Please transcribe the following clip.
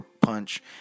punch